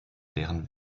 deren